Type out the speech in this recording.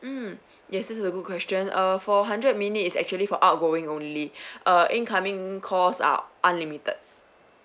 mm yes this is a good question uh for hundred minutes is actually for outgoing only uh incoming calls are unlimited